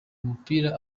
umupira